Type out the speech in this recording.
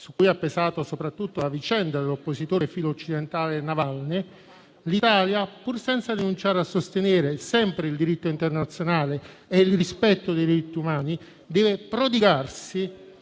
su cui ha pesato soprattutto la vicenda dell'oppositore filo-occidentale Navalny, l'Italia, pur senza rinunciare a sostenere sempre il diritto internazionale e il rispetto dei diritti umani, deve prodigarsi